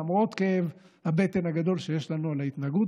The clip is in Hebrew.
למרות כאב הבטן הגדול שיש לנו על ההתנהגות